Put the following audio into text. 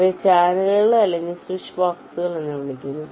അവയെ ചാനലുകൾ അല്ലെങ്കിൽ സ്വിച്ച് ബോക്സുകൾ എന്ന് വിളിക്കുന്നു